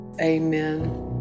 Amen